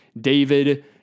David